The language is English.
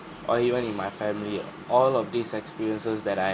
or even in my family all of these experiences that I